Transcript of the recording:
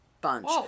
bunch